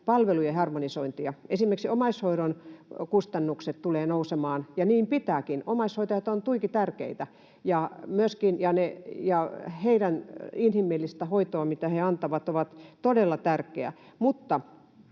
palvelujen harmonisointeja. Esimerkiksi omaishoidon kustannukset tulevat nousemaan, ja niin pitääkin, omaishoitajat ovat tuiki tärkeitä ja heidän inhimillinen hoitonsa, mitä he antavat, on todella tärkeä.